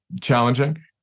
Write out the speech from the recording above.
challenging